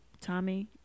Tommy